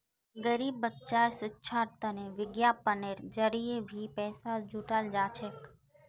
गरीब बच्चार शिक्षार तने विज्ञापनेर जरिये भी पैसा जुटाल जा छेक